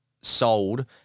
sold